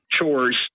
chores